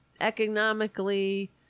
economically